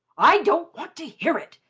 i don't want to hear it!